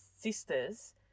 sisters